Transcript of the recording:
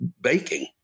baking